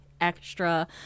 extra